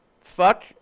fuck